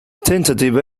tentative